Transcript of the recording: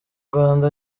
rwanda